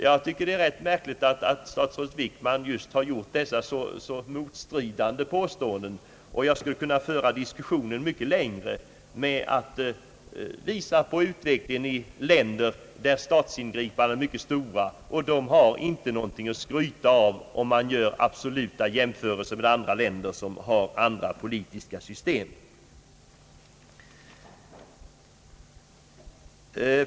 Jag tycker att det är rätt märkligt att statsrådet Wickman har gjort dessa så motstridande påståenden, och jag skulle kunna föra diskussionen mycket längre med att visa på utvecklingen i länder med mycket stort statsingripande. De har inte någonting att skryta med vid en absolut jämförelse med länder som har andra politiska system.